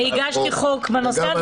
אני הגשתי חוק בנושא.